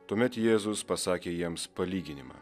tuomet jėzus pasakė jiems palyginimą